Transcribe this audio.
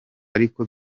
ariko